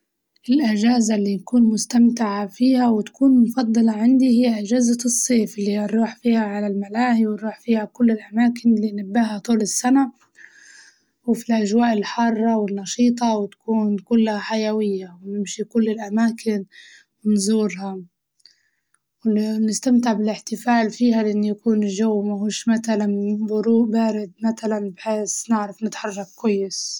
الأجازة اللي نكون مستمتعة فيها وتكون مفضلة عندي هي أجازة الصيف، اللي نروح فيها على الملاهي ونروح فيها كل الأماكن اللي نباها طول السنة، وفي الأجواء الحارة والنشيطة تكون كلها حيوية ونمشي كل الأماكن ونزورهاون- ونستمتع بالاحتفال فيها لأنه يكون جو مهوش متلاً برو- بارد متلاً بحيس نعرف نتحرك كويس.